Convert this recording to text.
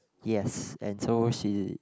yes and so she